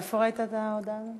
איפה ראית את ההודעה הזו?